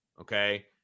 okay